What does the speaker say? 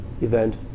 event